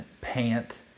pant